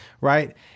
right